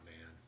man